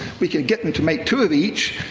we can get them to make two of each,